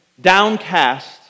downcast